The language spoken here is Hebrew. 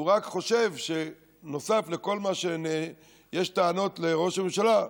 הוא רק חושב שנוסף לכל הטענות לראש הממשלה,